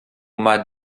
mat